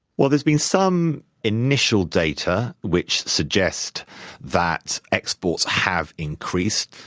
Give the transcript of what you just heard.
well, there's been some initial data which suggest that exports have increased.